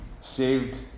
saved